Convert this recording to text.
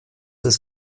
ist